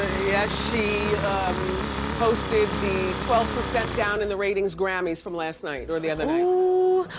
yes, she hosted the twelve percent down in the ratings grammys from last night, or the other night.